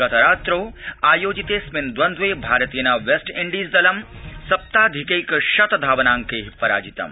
गतरात्रौ आयोजिते द्वितीयेऽस्मिन् द्वन्द्वे भारतेन वेस्टइंडीज दलं सप्ताधिकैक शत धावनाड्कै पराजितम्